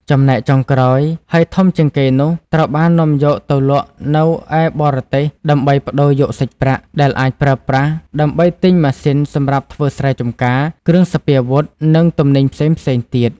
ចំណែកចុងក្រោយ ហើយធំជាងគេនោះ ត្រូវបាននាំយកទៅលក់នៅឯបរទេសដើម្បីប្តូរយកសាច់ប្រាក់ ដែលអាចប្រើប្រាស់ ដើម្បីទិញម៉ាស៊ីនសម្រាប់ធ្វើស្រែចម្ការ គ្រឿងសព្វាវុធ និងទំនិញផ្សេងៗ ទៀត ។